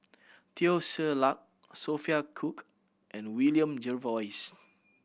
Teo Ser Luck Sophia Cooke and William Jervois